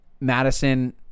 Madison